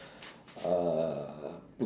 uh